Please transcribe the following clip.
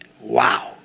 Wow